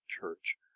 church